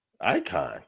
icon